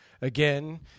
again